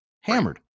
Hammered